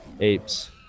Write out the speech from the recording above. apes